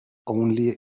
only